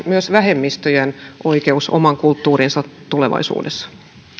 myös vähemmistöjen oikeutta omaan kulttuuriinsa tulevaisuudessa